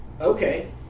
okay